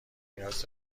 نیاز